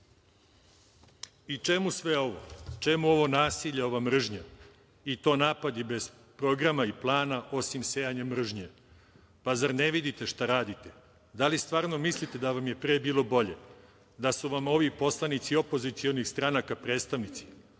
sve ovo, čemu ovo nasilje, ova mržnja, i to napadi bez programa i plana, osim sejanja mržnje? Zar ne vidite šta radite? Da li stvarno mislite da vam je pre bilo bolje, da su vam ovi poslanici opozicionih stranaka predstavnici,